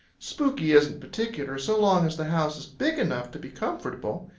spooky isn't particular so long as the house is big enough to be comfortable.